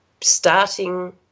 starting